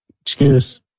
Excuse